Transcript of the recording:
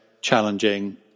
challenging